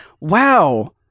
Wow